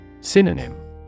Synonym